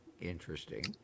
interesting